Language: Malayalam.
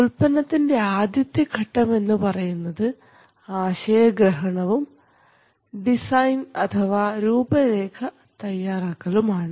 ഉൽപ്പന്നത്തിൻറെ ആദ്യത്തെ ഘട്ടം എന്ന് പറയുന്നത് ആശയ ഗ്രഹണവും ഡിസൈൻ അഥവാ രൂപരേഖ തയ്യാറാക്കലും ആണ്